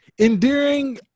endearing